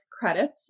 credit